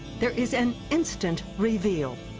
there is an instant reveal.